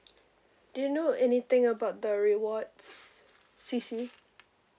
do you know anything about the rewards C C